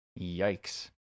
yikes